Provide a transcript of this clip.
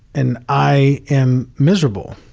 and i am miserable.